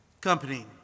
company